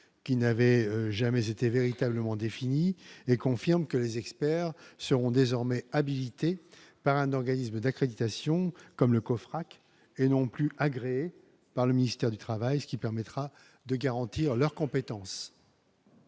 qui n'avait jamais été véritablement défini et confirme que les experts seront désormais habilités par un organisme d'accréditation comme le coffre et non plus agréé par le ministère du Travail, ce qui permettra de garantir leurs compétences.